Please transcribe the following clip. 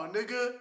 Nigga